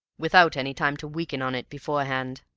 without any time to weaken on it beforehand.